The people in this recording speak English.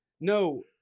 no